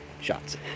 shots